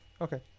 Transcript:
Okay